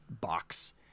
box